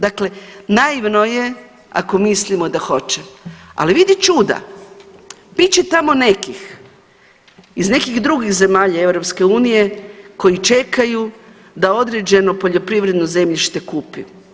Dakle, naivno je ako mislimo da hoće, ali vidi čuda, bit će tamo nekih iz nekih drugih zemalja EU koji čekaju da određeno poljoprivredno zemljište kupi.